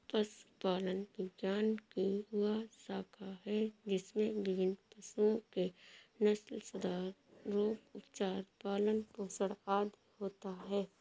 पशुपालन विज्ञान की वह शाखा है जिसमें विभिन्न पशुओं के नस्लसुधार, रोग, उपचार, पालन पोषण आदि होता है